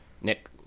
Nick